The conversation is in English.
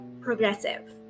progressive